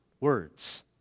words